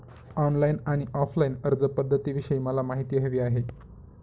online आणि offline अर्जपध्दतींविषयी मला माहिती हवी आहे